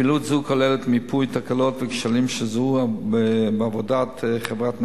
פעילות זו כוללת מיפוי תקלות וכשלים שזוהו בעבודת חברת "נטלי"